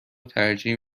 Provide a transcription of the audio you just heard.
ترجیح